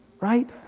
right